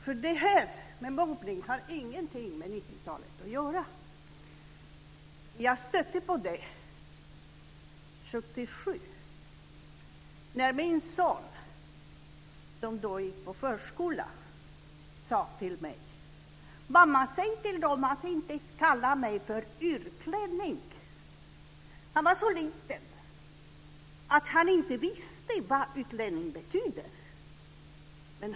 Mobbning har nämligen ingenting med 90-talet att göra. Jag stötte på det 1977. Min son, som då gick på förskola, sade till mig: Mamma, säg till dem att inte kalla mig för utlänning! Han var så liten att han inte visste vad "utlänning" betydde.